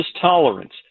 tolerance